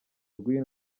rw’iyi